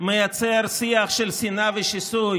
מייצר שיח של שנאה ושיסוי